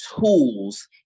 tools